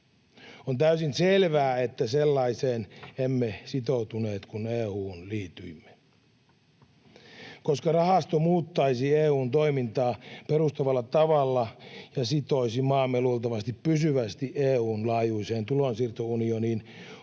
On täysin selvää, että sellaiseen emme sitoutuneet, kun EU:hun liityimme. Koska rahasto muuttaisi EU:n toimintaa perustuvalla tavalla ja sitoisi maamme luultavasti pysyvästi EU:n laajuiseen tulonsiirtounioniin,